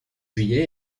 juillet